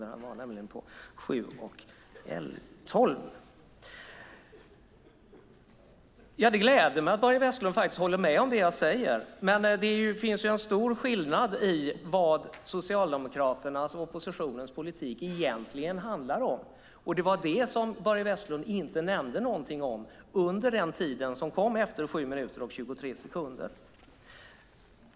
För honom tog det nämligen 7 minuter och 12 sekunder. Det gläder mig att Börje Vestlund håller med om det jag säger. Men det finns en stor skillnad mellan vad Socialdemokraternas och oppositionens politik egentligen handlar om. Det var det som Börje Vestlund inte nämnde någonting om efter 7 minuter och 23 sekunder.